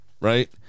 right